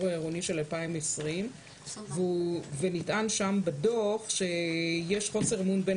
העירוני של 2020. נטען בדוח שיש חוסר אמון בין